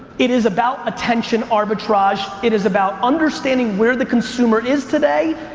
it is about attention arbitrage. it is about understanding where the consumer is today,